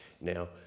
Now